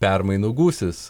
permainų gūsis